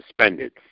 suspended